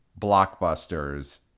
blockbusters